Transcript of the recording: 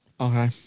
Okay